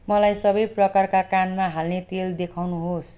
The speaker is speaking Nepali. मलाई सबै प्रकारका कानमा हाल्ने तेल देखाउनुहोस्